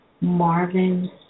Marvin